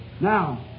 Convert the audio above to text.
Now